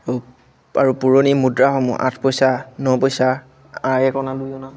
আৰু পুৰণি মুদ্ৰাসমূহ আঠ পইচা ন পইচা আই এক অনা দুই অনা